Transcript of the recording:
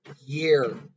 year